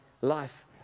life